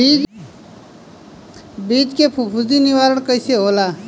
बीज के फफूंदी निवारण कईसे होला?